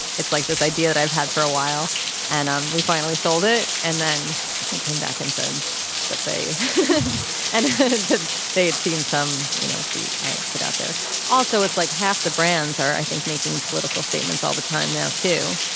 it's like this idea i've had for a while and and we finally sold it and then came back and said that they and they'd seen some you know tweet i'd put out there also it's like half the brands are think making political statements all the time now too.